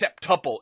septuple